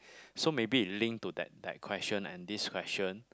so maybe it link to that that question and this question